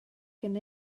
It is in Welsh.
cyn